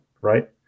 Right